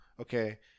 okay